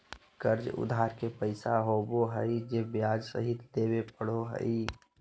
कर्ज उधार के पैसा होबो हइ जे ब्याज सहित देबे पड़ो हइ